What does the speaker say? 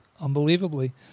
Unbelievably